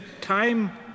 time